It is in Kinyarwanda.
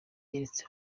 yeretse